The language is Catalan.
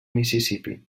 mississipí